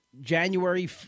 January